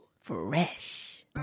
Fresh